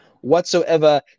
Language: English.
whatsoever